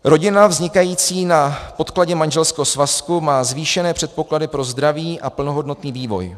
Rodina vznikající na podkladě manželského svazku má zvýšené předpoklady pro zdraví a plnohodnotný vývoj.